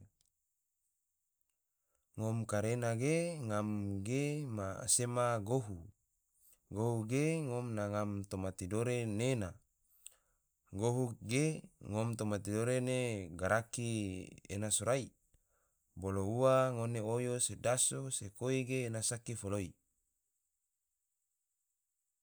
Ngom karena ge ngam ge ma sema gohu, gohu ge ngom ma ngam toma tidore nena. gohu ge ngom toma tidore ne garaki ena sorai, bolo ua ngom oyo se daso se koi ge ena saki foloi